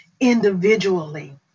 individually